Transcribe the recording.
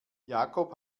jakob